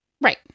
Right